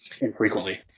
infrequently